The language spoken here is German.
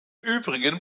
übrigen